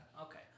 Okay